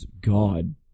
God